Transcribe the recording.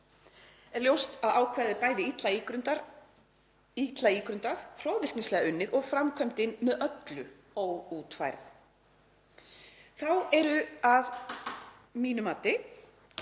Er ljóst að ákvæðið er bæði illa ígrundað, hroðvirknislega unnið og framkvæmdin með öllu óútfærð. Þá eru að mínu mati